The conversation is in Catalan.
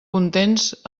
contents